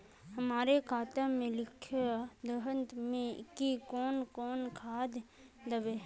हमरा खाता में लिख दहु की कौन कौन खाद दबे?